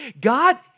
God